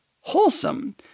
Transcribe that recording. wholesome